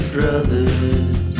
Brothers